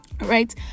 right